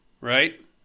right